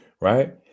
right